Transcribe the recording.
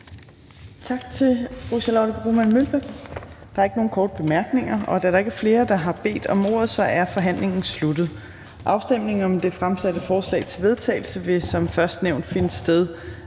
Tak til fru Charlotte Broman Mølbæk. Der er ikke nogen korte bemærkninger. Da der ikke er flere, der har bedt om ordet, er forhandlingen sluttet. Afstemningen om det fremsatte forslag til vedtagelse vil som først nævnt finde sted